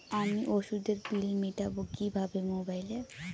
আমি ওষুধের বিল মেটাব কিভাবে মোবাইলে?